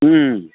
ꯎꯝ